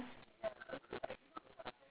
for the greater good for the greater good